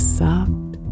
soft